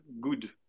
good